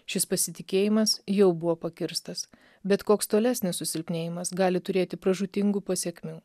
šis pasitikėjimas jau buvo pakirstas bet koks tolesnis susilpnėjimas gali turėti pražūtingų pasekmių